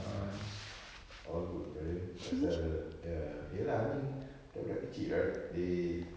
I see all good brother pasal ya ya lah I mean budak budak kecil right they